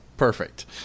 Perfect